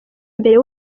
mbere